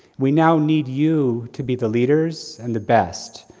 we now need you to be the leaders and the best,